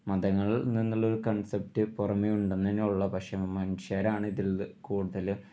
മതങ്ങളിൽ നിന്നുള്ളൊരു കൺസെപ്റ്റ് പുറമെ ഉണ്ടെന്ന് തന്നെ ഉള്ളു പക്ഷേ മനുഷ്യരാണ് ഇതിൽ കൂടുതൽ